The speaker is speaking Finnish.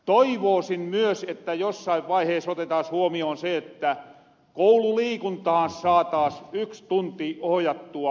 toivoosin myös että jossain vaihees otettaas huomioon se että koululiikuntaan saataas yks tunti ohjattua lisää